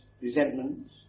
resentments